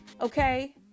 okay